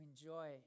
enjoy